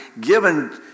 given